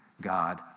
God